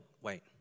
wait